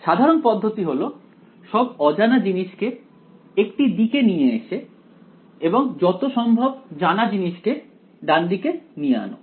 সাধারণ পদ্ধতি হল সব অজানা জিনিসকে একটি দিকে নিয়ে এসে এবং যত সম্ভব জানা জিনিসকে ডানদিকে নিয়ে আনো